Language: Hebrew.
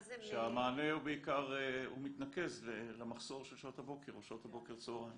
כשהמענה מתנקז למחסור של שעות הבוקר או שעות הבוקר-צהרים